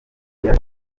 yaje